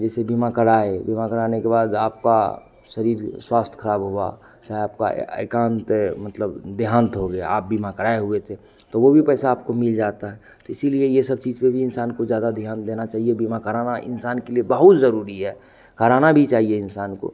जैसे बीमा कराए बीमा कराने के बाद आपका शरीर स्वास्थ्य खराब हुआ चाहे आपका आइकांत मतलब देहांत हो गया आप बीमा कराए हुए थे तो वह भी पैसा आपको मिल जाता है तो इसीलिए यह सब चीज़ पर भी इंसान को ज़्यादा ध्यान देना चाहिए बीमा कराना इंसान के लिए बहुत ज़रूरी है कराना भी चाहिए इंसान को